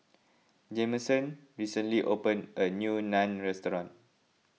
Jameson recently opened a new Naan restaurant